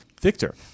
Victor